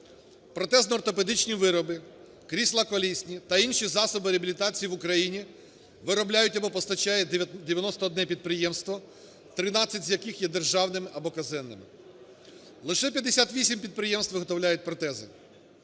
Протезно-ортопедичні вироби, крісла колісні та інші засоби реабілітації в Україні виробляють або постачають 91 підприємство, 13 з яких є державними або казенними. Лише 58 підприємств виготовляють протези